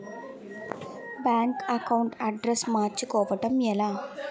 Bank account address మార్చుకోవడం ఎలా?